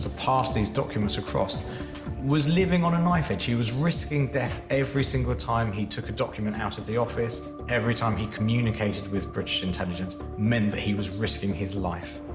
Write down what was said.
ah pass these documents across was living on a knife edge. he was risking death every single time he took a document out of the office. every time he communicated with british intelligence meant that he was risking his life.